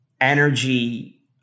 energy